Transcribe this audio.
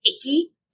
icky